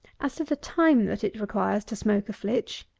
as to the time that it requires to smoke a flitch,